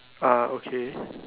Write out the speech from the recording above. ah okay